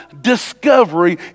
discovery